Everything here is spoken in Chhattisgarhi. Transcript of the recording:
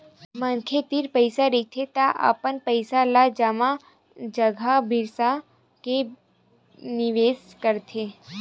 मनखे तीर पइसा रहिथे त अपन पइसा ल जमीन जघा बिसा के निवेस करथे